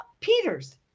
Peters